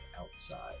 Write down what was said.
outside